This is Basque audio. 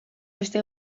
beste